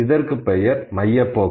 இதற்கு பெயர் மையப்போக்கு